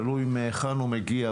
תלוי מהיכן הוא מגיע,